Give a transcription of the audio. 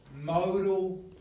modal